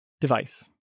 device